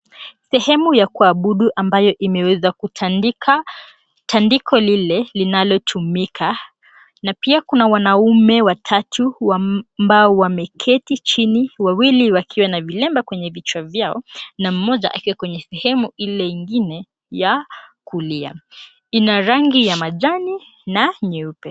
Sehemu ya kuabudu ambayo imeweza kutandika tandiko lile linalotumika na pia kuna wanaume watatu ambao wameketi chini, wawili wakiwa na vilemba kwenye vichwa vyao na mmoja akiwa kwenye sehemu ile ingine ya kulia. Ina rangi ya majani na nyeupe.